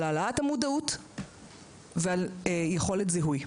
על העלאת המודעות ועל יכולת זיהוי.